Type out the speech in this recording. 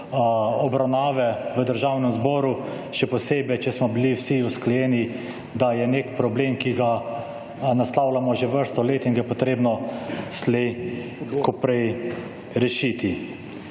obravnave v Državnem zboru, še posebej, če smo bili vsi usklajeni, da je nek problem, ki ga naslavljamo že vrsto let in ga je potrebno slej ko prej rešiti.